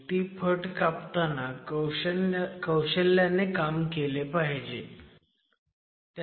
जो भाग स्ट्रेस सहन करत होता तोच आपण कापून काढल्यामुळे तिथं येणारा भार आता नव्याने वितरित झाला पाहिजे आणि तिथे थोडा आकारबदल सुद्धा होऊ शकतो